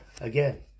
Again